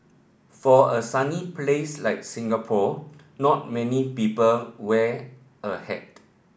for a sunny place like Singapore not many people wear a hat